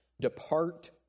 depart